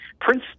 Prince